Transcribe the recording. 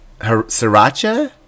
Sriracha